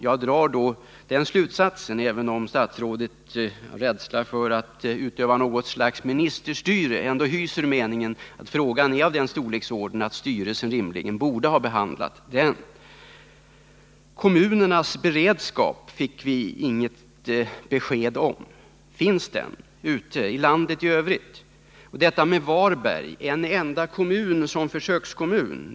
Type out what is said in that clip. Jag drar därför slutsatsen att statsrådet — även om han av rädsla för att utöva något slags ministerstyre inte uttalade det — ändå hyser meningen att frågan är av en sådan storleksordning att naturvårdsverkets styrelse rimligen borde ha behandlat den. Frågan om kommunernas beredskap fick vi inget besked om. Finns den ute i landet i övrigt? I det sammanhanget har vi också frågan om Varberg som en enda försökskommun.